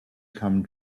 come